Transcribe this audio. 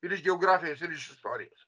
ir iš geografijos ir iš istorijos